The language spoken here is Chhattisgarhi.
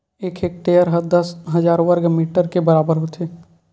एक हेक्टेअर हा दस हजार वर्ग मीटर के बराबर होथे